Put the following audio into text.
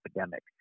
epidemic